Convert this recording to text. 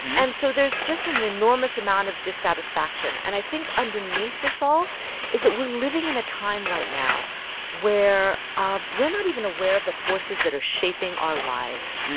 and so there's just an enormous amount of dissatisfaction. and i think underneath this all is that we're living in a time right now where ah we're not even aware of the forces that are shaping our lives.